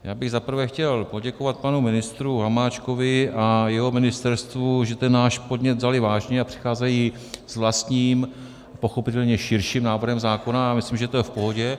Já bych za prvé chtěl poděkovat panu ministru Hamáčkovi a jeho ministerstvu, že ten náš podnět vzali vážně a přicházejí s vlastním, pochopitelně širším návrhem zákona, a myslím, že to je v pohodě.